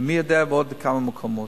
ומי יודע בעוד כמה מקומות.